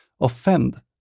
offend